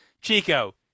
Chico